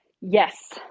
yes